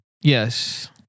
Yes